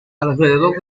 alrededor